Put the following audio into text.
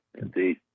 Indeed